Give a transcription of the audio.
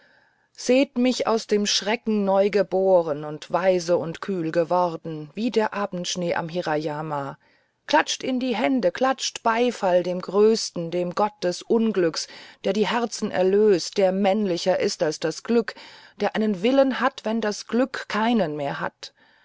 seht mich aus dem schrecken neugeboren und weise und kühl geworden wie der abendschnee am hirayama klatscht in die hände klatscht beifall dem größten dem gott des unglücks der die herzen erlöst der männlicher ist als das glück der einen willen hat wenn das glück keinen mehr hat